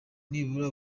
nibura